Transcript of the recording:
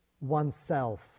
oneself